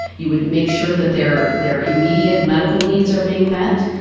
you would make sure that they're they're immediate medical needs are being met,